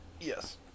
Yes